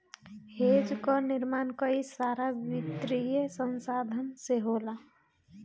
hedge कअ निर्माण कई सारा वित्तीय संसाधन से होला